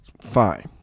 fine